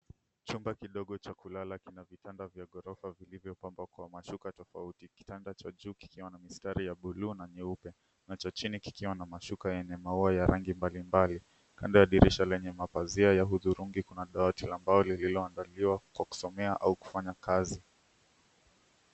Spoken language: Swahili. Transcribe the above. Chumba kidogo cha kulala kina vitanda vya ghorofa vilivyopambwa kwa mashuka tofauti. Kitanda cha juu kikiwa na mistari ya buluu na nyeupe, nacho chini kikiwa na mashuka yenye maua ya rangi mbali mbali. Kando ya dirisha lenye mapazia ya hudhurungi, kuna dawati la mbao lililoandaliwa kwa kusomea au kufanya kazi.